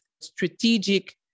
strategic